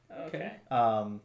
Okay